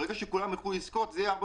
ברגע שכולם יוכלו לזכות זה יהיה הרבה